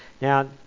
Now